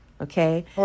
okay